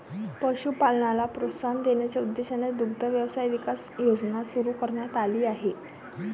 पशुपालनाला प्रोत्साहन देण्याच्या उद्देशाने दुग्ध व्यवसाय विकास योजना सुरू करण्यात आली आहे